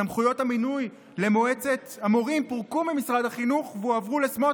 סמכויות המינוי למועצת המורים פורקו ממשרד החינוך והועברו לסמוטריץ'.